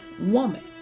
woman